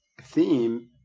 theme